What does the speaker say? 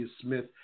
Smith